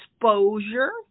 exposure